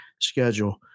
schedule